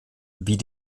wie